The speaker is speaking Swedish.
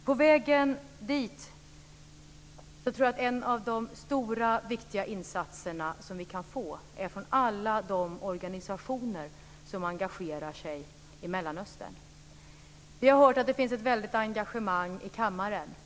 På vägen dit tror jag att en av de stora och viktiga insatserna som vi kan få är från alla de organisationer som engagerar sig i Mellanöstern. Vi har hört att det finns ett väldigt stort engagemang i kammaren.